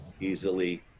easily